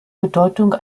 bedeutung